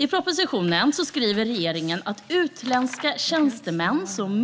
I propositionen skriver regeringen att utländska tjänstemän som